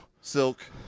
silk